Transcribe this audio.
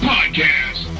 Podcast